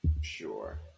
Sure